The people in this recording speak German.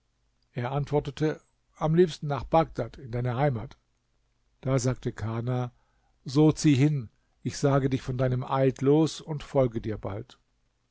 er antwortete am liebsten nach bagdad in deine heimat da sagte kana so zieh hin ich sage dich von deinem eid los und folge dir bald